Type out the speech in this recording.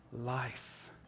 life